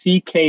CK